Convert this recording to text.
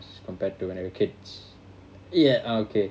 compared to when we were kids ya okay